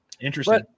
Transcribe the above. interesting